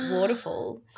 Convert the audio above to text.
waterfall